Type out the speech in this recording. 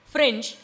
French